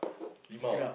limau ah